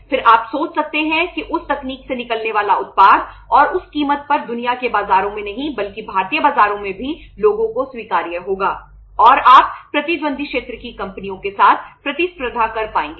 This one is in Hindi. फिर आप सोच सकते हैं कि उस तकनीक से निकलने वाला उत्पाद और उस कीमत पर दुनिया के बाजारों में नहीं बल्कि भारतीय बाजारों में भी लोगों को स्वीकार्य होगा और आप प्रतिद्वंद्वी क्षेत्र की कंपनियों के साथ प्रतिस्पर्धा कर पाएंगे